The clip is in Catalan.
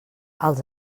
els